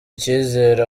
icyizere